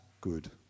good